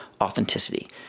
authenticity